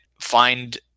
find